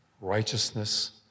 righteousness